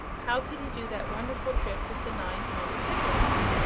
how could he do that wonderful trick with the nine tiny piglets?